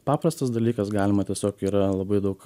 paprastas dalykas galima tiesiog yra labai daug